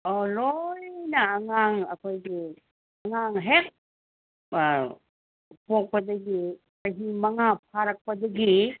ꯑꯣ ꯂꯣꯏꯅ ꯑꯉꯥꯡ ꯑꯩꯈꯣꯏꯒꯤ ꯑꯉꯥꯡ ꯍꯦꯛ ꯄꯣꯛꯄꯗꯒꯤ ꯆꯍꯤ ꯃꯉꯥ ꯐꯥꯔꯛꯄꯗꯒꯤ